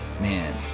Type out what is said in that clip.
Man